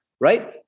right